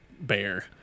bear